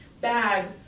bag